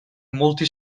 molti